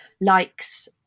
likes